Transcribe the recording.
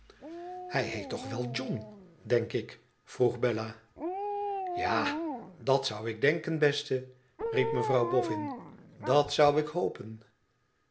thij heet toch wel john denk ik vroeg bella ja dèt zou ik denken bestel riep mevrouw boffin dèt zou ik hopen